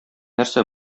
нәрсә